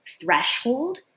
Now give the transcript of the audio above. threshold